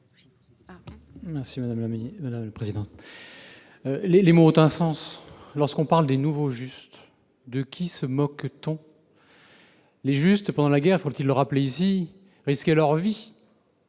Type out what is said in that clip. explication de vote. Les mots ont un sens. Lorsqu'on parle de nouveaux Justes, de qui se moque-t-on ? Les Justes, pendant la guerre- faut-il le rappeler ici ?-, risquaient leur vie